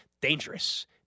Dangerous